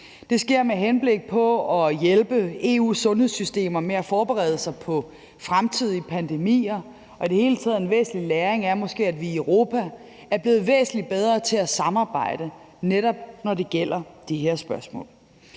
Det sker med henblik på at hjælpe EU's sundhedssystemer med at forberede sig på fremtidige pandemier. I det hele taget er det måske en væsentlig læring, at vi i Europa er blevet væsentlig bedre til at samarbejde, når det netop gælder de her spørgsmål.